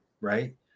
Right